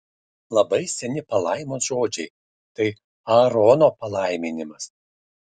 labai seni palaimos žodžiai tai aarono palaiminimas